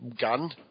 gun